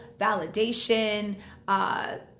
validation